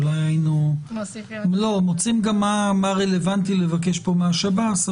אולי היינו מוצאים מה רלוונטי לבקש פה מהשב"ס,